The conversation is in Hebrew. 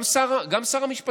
גם שר המשפטים.